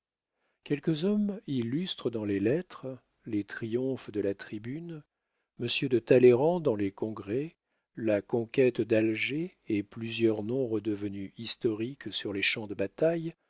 quelques hommes illustres dans les lettres les triomphes de la tribune monsieur de talleyrand dans les congrès la conquête d'alger et plusieurs noms redevenus historiques sur les champs de bataille